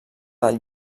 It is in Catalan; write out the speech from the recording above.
del